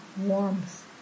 warmth